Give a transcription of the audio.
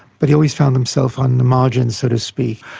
but he always found himself on the margins, so to speak.